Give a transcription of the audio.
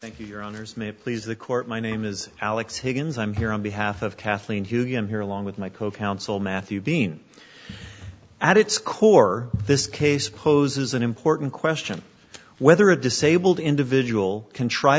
thank you your honors may please the court my name is alex higgins i'm here on behalf of kathleen hugo here along with my co counsel matthew bean at its core this case poses an important question whether a disabled individual can try